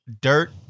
dirt